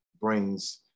brings